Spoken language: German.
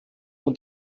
und